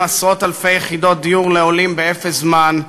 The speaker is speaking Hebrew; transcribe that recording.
עשרות-אלפי יחידות דיור לעולים באפס זמן,